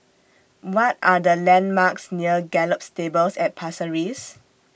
What Are The landmarks near Gallop Stables At Pasir Ris